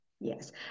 Yes